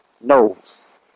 knows